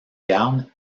gard